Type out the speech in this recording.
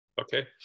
okay